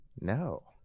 No